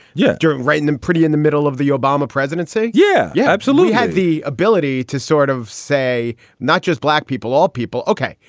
yeah. during writing them pretty in the middle of the obama presidency. yeah. yeah, absolutely. had the ability to sort of say not just black people, all people. ok,